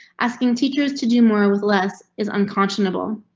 asking teachers to do more with less is unconscionable.